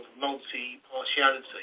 multi-partiality